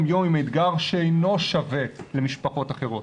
יום עם אתגר שאינו שווה למשפחות אחרות.